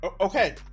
Okay